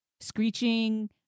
screeching